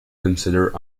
consider